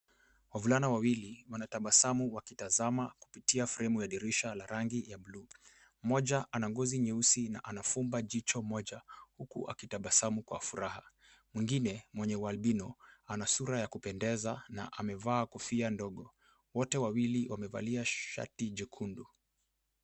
Wavulana wawili wanatabasamu wakitazama kupitia fremu ya dirisha la rangi ya bluu. Mmoja ana ngozi nyeusi na anafumba jicho moja huku akitabasamu kwa furaha. Mwingine mwenye ualbino ,ana sura ya kupendeza na amevaa kofia ndogo. Wote wawili wamevalia shati jekundu.